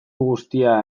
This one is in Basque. guztia